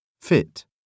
Fit